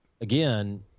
again